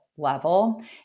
level